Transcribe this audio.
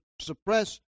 suppress